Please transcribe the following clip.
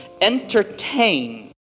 entertain